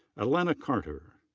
alana carta.